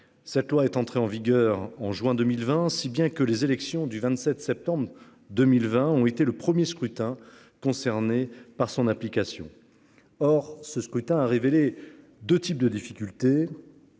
Cette loi est entrée en vigueur en juin 2020, si bien que les élections du 27 septembre 2020, ont été le 1er scrutin concerné par son application. Or ce scrutin a révélé de types de difficultés.